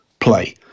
play